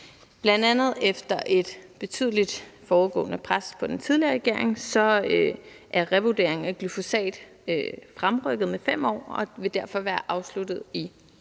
Bl.a. efter et betydeligt pres på den tidligere regering er en revurdering af glyfosat fremrykket med 5 år og vil derfor være afsluttet i 2022.